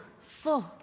full